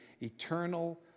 eternal